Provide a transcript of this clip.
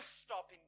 stop